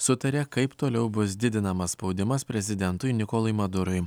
sutarė kaip toliau bus didinamas spaudimas prezidentui nikolui madurui